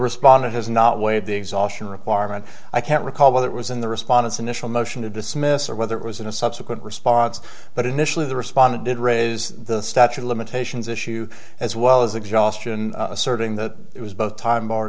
respondent has not weighed the exhaustion requirement i can't recall whether it was in the response initial motion to dismiss or whether it was in a subsequent response but initially the respondent did raise the statute of limitations issue as well as exhaustion asserting that it was both time